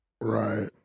right